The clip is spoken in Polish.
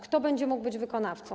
Kto będzie mógł być wykonawcą?